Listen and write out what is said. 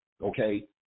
okay